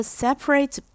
separate